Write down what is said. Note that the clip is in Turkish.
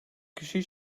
kişiyi